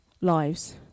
lives